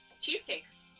cheesecakes